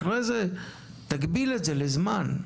אחרי זה, תגביל את זה לזמן.